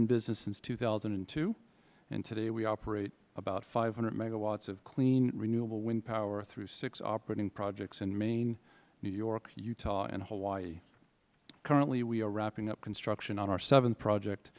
in business since two thousand and two and today we operate about five hundred megawatts of clean renewable wind power through six operating projects in maine new york utah and hawaii currently we are wrapping up construction on our seventh project